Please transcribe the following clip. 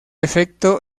efecto